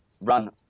run